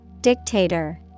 Dictator